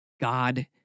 God